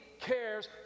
cares